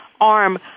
arm